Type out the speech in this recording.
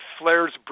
flares